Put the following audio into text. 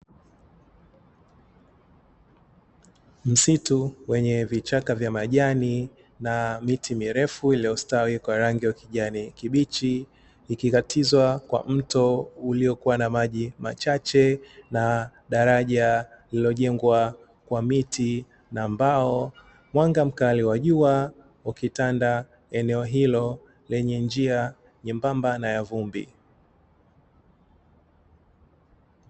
Msitu wenye vichaka vya majani na miti mirefu iliyostawi kwa rangi ya ukijani kibichi ikikatizwa, kwa mto uliokuwa na maji machache na daraja lililojengwa kwa miti na mbao. Mwanga mkali wa jua ukitanda eneo hilo lenye njia nyembamba na ya vumbi.